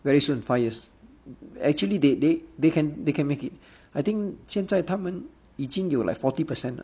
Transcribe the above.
very soon five years actually they they they can they can make it I think 现在他们已经有 like forty percent 了